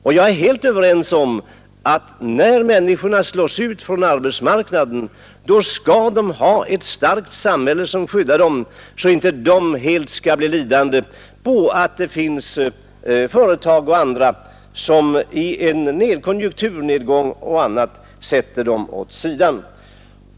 Jag är också helt överens om att när människorna slås ut från arbetsmarknaden, då skall ett starkt samhälle skydda dem, så att de inte helt blir lidande på att det finns företag och andra som i en konjunkturnedgång sätter dem åt sidan.